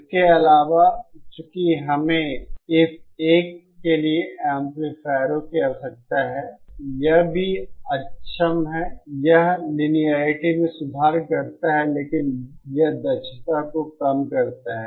इसके अलावा चूंकि हमें इस एक के लिए एम्पलीफायरों की आवश्यकता है यह भी अक्षम है यह लिनियेरिटी में सुधार करता है लेकिन यह दक्षता को कम करता है